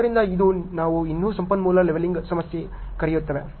ಆದ್ದರಿಂದ ಇದನ್ನು ನಾವು ಇನ್ನೂ ಸಂಪನ್ಮೂಲ ಲೆವೆಲಿಂಗ್ ಸಮಸ್ಯೆ ಎಂದು ಕರೆಯುತ್ತೇವೆ